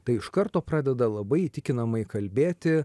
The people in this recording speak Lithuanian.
tai iš karto pradeda labai įtikinamai kalbėti